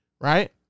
right